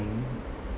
mm